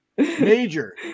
Major